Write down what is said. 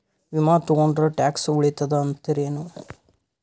ವಿಮಾ ತೊಗೊಂಡ್ರ ಟ್ಯಾಕ್ಸ ಉಳಿತದ ಅಂತಿರೇನು?